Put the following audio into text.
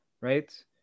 right